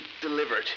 delivered